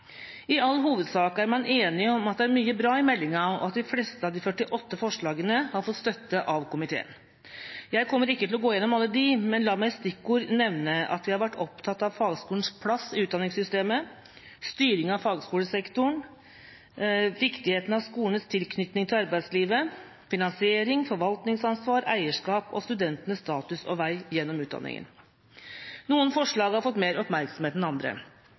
I all hovedsak er man enige om at det er mye bra i meldinga, og de fleste av de 48 forslagene har fått støtte av komiteen. Jeg kommer ikke til å gå gjennom alle, men la meg i stikkord nevne at vi har vært opptatt av fagskolens plass i utdanningssystemet, styring av fagskolesektoren, viktigheten av skolenes tilknytning til arbeidslivet, finansiering, forvaltningsansvar, eierskap og studentenes status og vei gjennom utdanningen. Noen forslag har fått mer oppmerksomhet enn andre